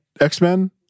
X-Men